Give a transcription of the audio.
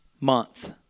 month